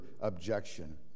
objection